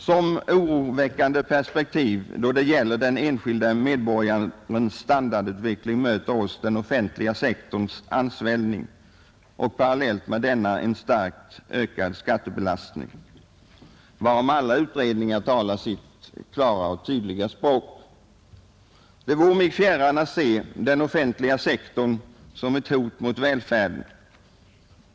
Som oroväckande perspektiv då det gäller den enskilde medborgarens standardutveckling möter oss den offentliga sektorns ansvällning och parallellt med denna en starkt ökad skattebelastning, varom alla utredningar talar sitt klara och tydliga språk. Det vare mig fjärran att se den offentliga sektorn som ett hot mot välfärden.